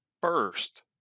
first